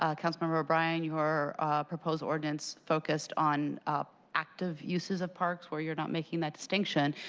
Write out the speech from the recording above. ah council member o'brien, your proposed ordinance focused on active uses of parks where you're not making that distinction.